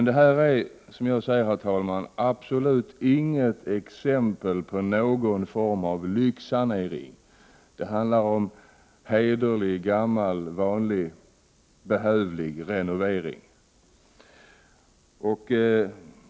Detta är absolut inte, herr talman, något exempel på en lyxsanering, utan det handlar om hederlig, gammal vanlig, behövlig renovering.